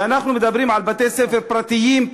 ואנחנו מדברים על כאילו בתי-ספר פרטיים,